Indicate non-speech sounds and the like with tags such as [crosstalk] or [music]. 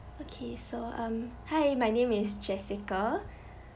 okay so um hi my name is jessica [breath]